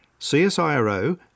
CSIRO